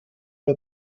nur